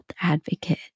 advocate